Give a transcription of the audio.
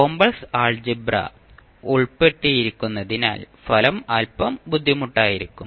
complex algebra ഉൾപ്പെട്ടിരിക്കുന്നതിനാൽ ഫലം അൽപ്പം ബുദ്ധിമുട്ടായിരിക്കും